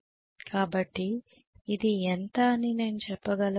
కాబట్టి ఇది ఎంత అని నేను చెప్పగలను